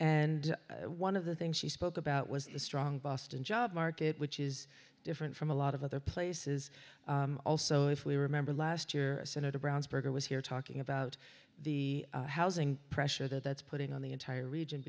and one of the things she spoke about was the strong boston job market which is different from a lot of other places also if we remember last year senator brown's burger was here talking about the housing pressure that's putting on the entire region